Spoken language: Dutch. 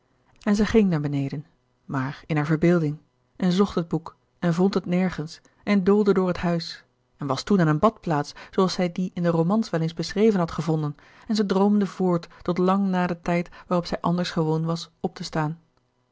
en zij ging naar beneden maar in haar verbeelding en zocht het boek en vond het nergens en doolde door het huis en was toen aan een badplaats zooals zij die in de romans wel eens beschreven had gevonden en zij droomde voort tot lang na den tijd waarop zij anders gewoon was op te staan